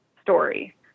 story